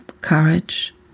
Courage